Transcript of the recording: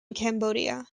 cambodia